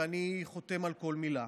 ואני חותם על כל מילה.